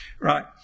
Right